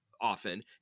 often